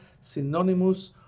synonymous